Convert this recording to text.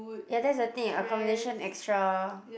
ya that's the thing accommodation extra